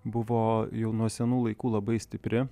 buvo jau nuo senų laikų labai stipri